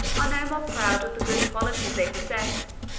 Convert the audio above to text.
are no more proud of the good qualities they possess,